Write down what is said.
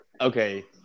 Okay